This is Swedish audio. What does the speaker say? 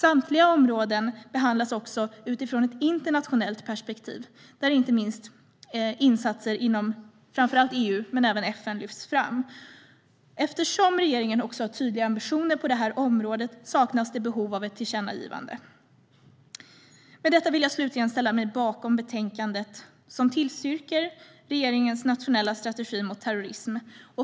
Samtliga områden behandlas också utifrån ett internationellt perspektiv, där inte minst insatser inom framför allt EU men även FN lyfts fram. Eftersom regeringen har tydliga ambitioner på det här området saknas det behov av ett tillkännagivande. Med detta vill jag slutligen ställa mig bakom betänkandet som tillstyrker regeringens nationella strategi mot terrorism.